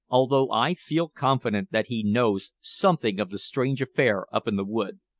although i feel confident that he knows something of the strange affair up in the wood.